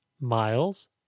Miles